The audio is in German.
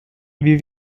wie